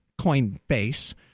Coinbase